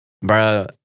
Bro